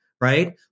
right